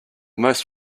most